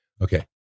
okay